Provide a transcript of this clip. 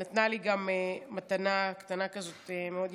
היא נתנה לי גם מתנה קטנה כזאת מאוד יפה.